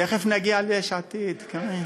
תכף נגיע ליש עתיד, קארין.